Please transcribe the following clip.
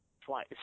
twice